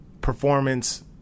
performance